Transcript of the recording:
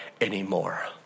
anymore